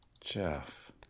Jeff